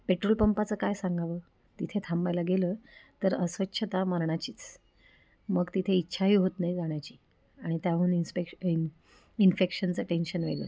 petrol पंपाचं काय सांगावं तिथे थांबायला गेलं तर अस्वच्छता मरणाचीच मग तिथे इच्छाही होत नाही जाण्याची आणि त्याहून इन्स्पेक्श इन इन्फेक्शनचं टेन्शन वेगळं